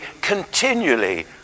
continually